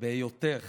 בהיותך